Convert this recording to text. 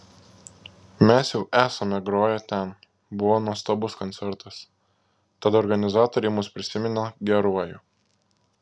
mes jau esame groję ten buvo nuostabus koncertas tad organizatoriai mus prisimena geruoju